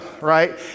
right